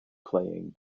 playing